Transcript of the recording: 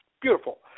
beautiful